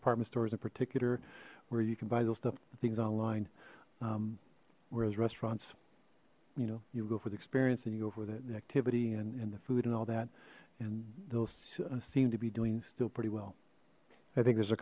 department stores in particular where you can buy those stuff things line whereas restaurants you know you'll go for the experience and you go for the activity and and the food and all that and those seem to be doing still pretty well i think there's a